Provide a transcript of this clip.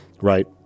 right